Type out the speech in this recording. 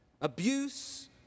abuse